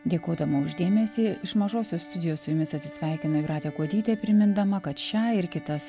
dėkodama už dėmesį iš mažosios studijos su jumis atsisveikina jūratė kuodytė primindama kad šią ir kitas